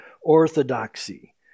orthodoxy